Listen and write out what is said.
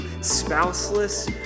spouseless